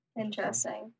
Interesting